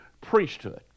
priesthood